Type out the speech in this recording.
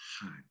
hot